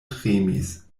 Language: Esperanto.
tremis